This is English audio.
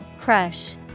Crush